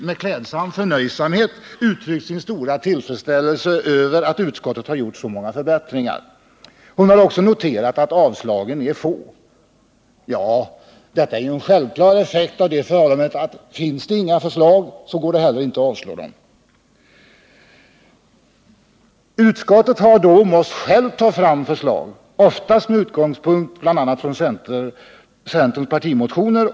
med klädsam förnöjsamhet uttryckt sin stora tillfredsställelse över att utskottet har gjort så många förbättringar. Hon har också noterat att avstyrkandena är få. Detta är ju en självklar effekt av det faktum att om det inte finns några förslag går det inte att avstyrka dem. Utskottet har då självt måst ta fram förslag —- oftast med utgångspunkt i bl.a. centerns partimotioner.